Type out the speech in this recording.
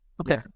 Okay